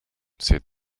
said